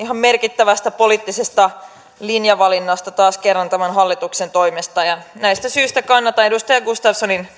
ihan merkittävästä poliittisesta linjavalinnasta taas kerran tämän hallituksen toimesta näistä syistä kannatan edustaja gustafssonin